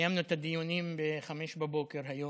סיימנו את הדיונים ב-05:00 היום,